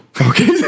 Okay